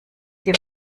die